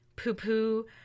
poo-poo